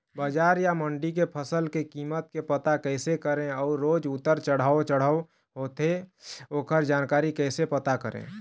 बजार या मंडी के फसल के कीमत के पता कैसे करें अऊ रोज उतर चढ़व चढ़व होथे ओकर जानकारी कैसे पता करें?